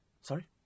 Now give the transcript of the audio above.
Sorry